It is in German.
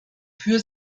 für